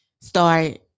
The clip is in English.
start